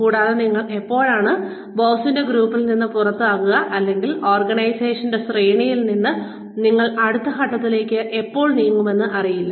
കൂടാതെ നിങ്ങൾ എപ്പോഴാണ് ബോസിന്റെ ഗ്രൂപ്പിൽ നിന്ന് പുറത്താവുക അല്ലെങ്കിൽ ഓർഗനൈസേഷന്റെ ശ്രേണിയിൽ നിങ്ങൾ അടുത്ത ഘട്ടത്തിലേക്ക് എപ്പോൾ നീങ്ങുമെന്ന് അറിയില്ല